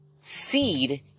seed